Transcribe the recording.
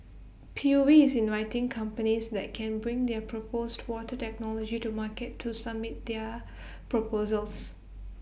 P U B is inviting companies that can bring their proposed water technology to market to submit their proposals